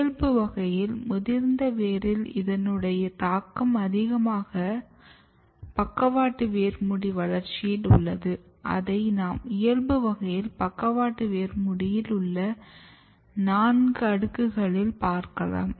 இயல்பு வகையில் முதிர்ந்த வேரில் இதனுடைய தாக்கம் அதிகமாக பக்கவாட்டு வேர் மூடி வளர்ச்சியில் உள்ளது அதை நாம் இயல்பு வகையில் பக்கவாட்டு வேர் மூடியில் உள்ள நான்கு அடுக்குகளில் பார்க்கலாம்